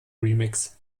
remix